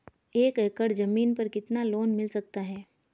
एक एकड़ जमीन पर कितना लोन मिल सकता है?